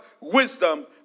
wisdom